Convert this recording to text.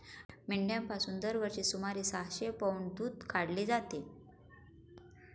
मेंढ्यांपासून दरवर्षी सुमारे सहाशे पौंड दूध काढले जाते